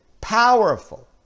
powerful